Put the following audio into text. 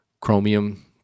chromium